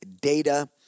data